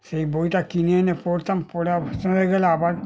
সেই বইটা কিনে এনে পড়তাম পড়া শেষ হয়ে গেলে আবার